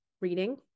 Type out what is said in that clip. reading